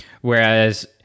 Whereas